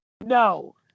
no